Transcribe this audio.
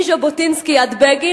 מז'בוטינסקי עד בגין,